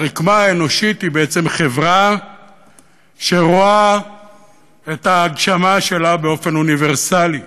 הרקמה האנושית היא בעצם חברה שרואה את ההגשמה שלה באופן אוניברסלי.